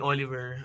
Oliver